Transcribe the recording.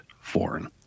foreign